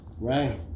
Right